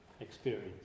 experience